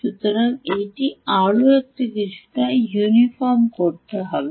সুতরাং এটি এটি আরও কিছুটা ইউনিফর্ম তৈরি করবে